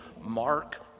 Mark